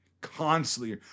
constantly